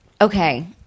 Okay